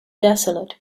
desolate